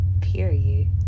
period